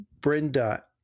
Brenda